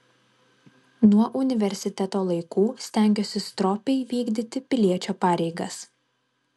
nuo universiteto laikų stengiuosi stropiai vykdyti piliečio pareigas